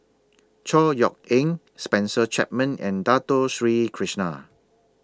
Chor Yeok Eng Spencer Chapman and Dato Sri Krishna